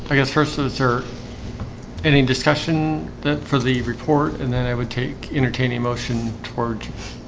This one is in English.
i guess first of the sir any discussion that for the report and then i would take entertaining motion george